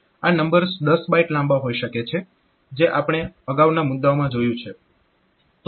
આ numbers 10 byte લાંબા હોઈ શકે છે જે આપણે અગાઉના મુદ્દાઓમાં જોયું છે